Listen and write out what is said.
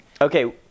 okay